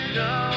no